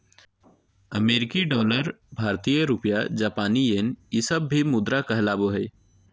अमेरिकी डॉलर भारतीय रुपया जापानी येन ई सब भी मुद्रा कहलाबो हइ